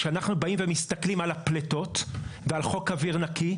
כשאנחנו באים ומסתכלים על הפליטות ועל חוק אוויר נקי,